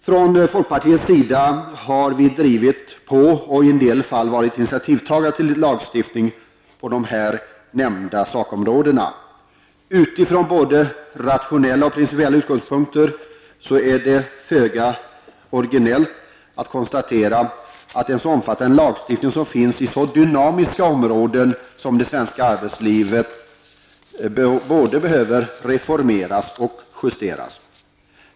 Från folkpartiets sida har vi drivit på och i en del fall varit initiativtagare till lagstiftning på dessa områden. Utifrån både rationella och principiella utgångspunkter är det föga originellt att konstatera att en så omfattande lagstiftning som finns i så dynamiska områden som det svenska arbetslivet både behöver reformeras och justeras.